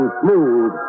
smooth